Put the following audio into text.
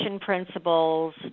principles